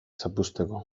zapuzteko